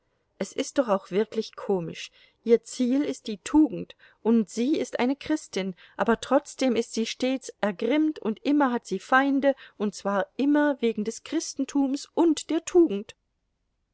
es ist doch auch wirklich komisch ihr ziel ist die tugend und sie ist eine christin aber trotzdem ist sie stets ergrimmt und immer hat sie feinde und zwar immer wegen des christentums und der tugend